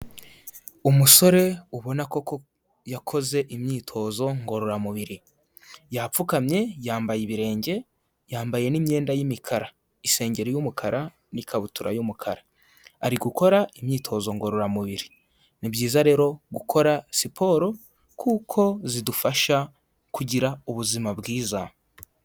Umusore ubona koko ko yakoze imyitozo ngororamubiri yapfukamye yambaye ibirenge, yambaye n'imyenda y'imikara, insengeri y'umukara n'ikabutura y'umukara, ari gukora imyitozo ngororamubiri. Ni byiza rero gukora siporo kuko zidufasha kugira ubuzima bwiza.